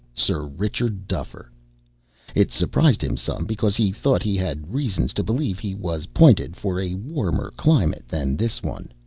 sir richard duffer it surprised him some, because he thought he had reasons to believe he was pointed for a warmer climate than this one.